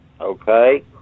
Okay